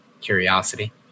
curiosity